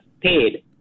paid